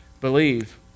believe